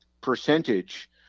percentage